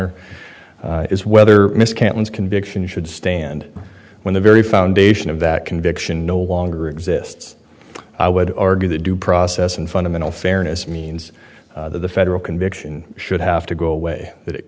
r is whether miss cantons conviction should stand when the very foundation of that conviction no longer exists i would argue that due process and fundamental fairness means the federal conviction should have to go away that it